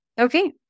okay